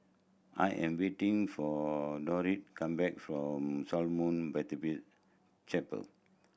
I am waiting for Dortha come back from Shalom Baptist Chapel